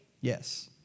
Yes